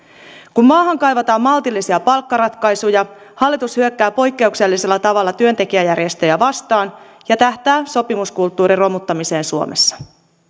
kun maahan kaivataan maltillisia palkkaratkaisuja hallitus hyökkää poikkeuksellisella tavalla työntekijäjärjestöjä vastaan ja tähtää sopimuskulttuurin romuttamiseen suomessa